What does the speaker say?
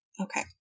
Okay